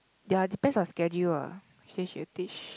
ya depends on schedule lah think she will teach